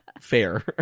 fair